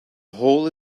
hole